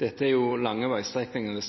Dette er jo snakk om lange veistrekninger.